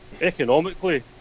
economically